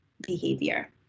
behavior